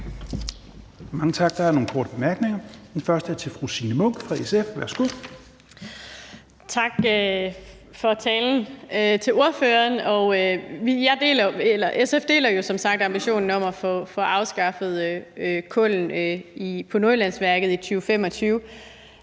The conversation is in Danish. Mange tak. Der er nogle korte bemærkninger. Den første er til fru Signe Munk fra SF. Værsgo. Kl. 14:23 Signe Munk (SF): Tak til ordføreren for talen. SF deler som sagt ambitionen om at få afskaffet kul på Nordjyllandsværket senest